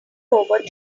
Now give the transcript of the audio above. over